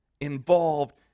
Involved